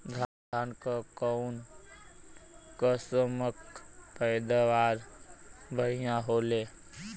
धान क कऊन कसमक पैदावार बढ़िया होले?